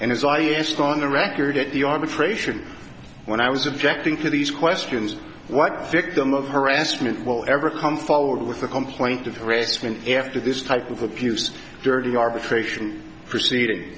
and as i asked on the record at the arbitration when i was objecting to these questions what victim of harassment will ever come forward with a complaint of harassment after this type of a few dirty arbitration proceeding